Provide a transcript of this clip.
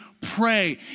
pray